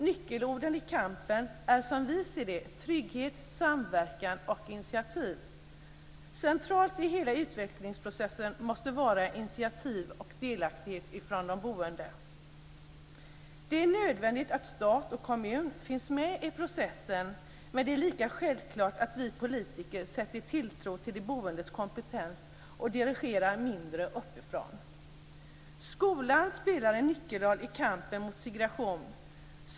Nyckelord i kampen är som vi ser det trygghet, samverkan och initiativ. Centralt i hela utvecklingsprocessen måste var initiativ och delaktighet från de boende. Det är nödvändigt att stat och kommun finns med i processen. Men det är lika självklart att vi politiker sätter tilltro till de boendes kompetens och dirigerar mindre uppifrån. Skolan spelar en nyckelroll i kampen mot segregationen.